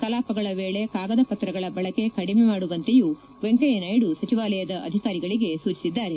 ಕಲಾಪಗಳ ವೇಳೆ ಕಾಗದ ಪತ್ರಗಳ ಬಳಕೆ ಕಡಿಮೆ ಮಾಡುವಂತೆಯೂ ವೆಂಕಯ್ಲನಾಯ್ಲ ಸಚಿವಾಲಯದ ಅಧಿಕಾರಿಗಳಿಗೆ ಸೂಚಿಸಿದ್ದಾರೆ